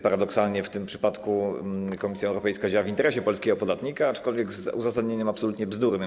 Paradoksalnie w tym przypadku Komisja Europejska działa w interesie polskiego podatnika, aczkolwiek z uzasadnieniem absolutnie bzdurnym.